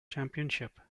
championship